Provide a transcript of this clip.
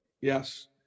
Yes